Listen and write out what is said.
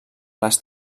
les